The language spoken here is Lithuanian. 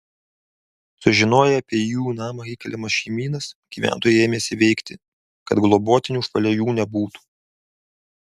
sužinoję apie į jų namą įkeliamas šeimynas gyventojai ėmėsi veikti kad globotinių šalia jų nebūtų